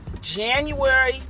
January